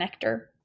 connector